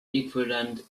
equivalent